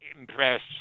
impressed